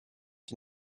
die